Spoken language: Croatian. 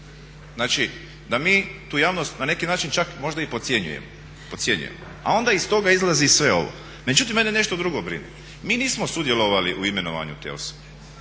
Znači da mi tu javnost na neki način čak možda i podcjenjujemo. A onda iz toga proizlazi i sve ovo. Međutim, mene nešto drugo brine. Mi nismo sudjelovali u imenovanju te osobe,